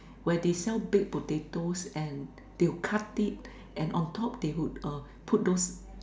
where they sell baked potatoes and they will cut it and on top they would uh put those